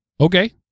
Okay